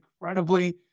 incredibly